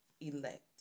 elect